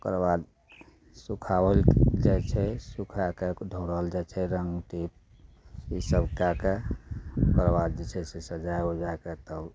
ओकर बाद सुखाओल जाइ छै सुखा कऽ तऽ ढौरल जाइ छै रङ्ग टीप ईसब कए कऽ ओकरबाद जे छै से सजाय उजाय कऽ तब